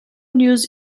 news